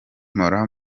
mpora